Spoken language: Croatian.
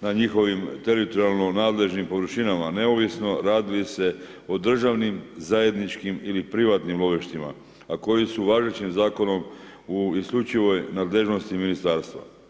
na njihovim teritorijalno nadležnim površinama neovisno radi li se o državnim, zajedničkim ili privatnim lovištima a koji su važećim zakonom u isključivoj nadležnosti ministarstva.